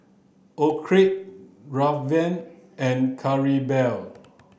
Orrie Draven and Claribel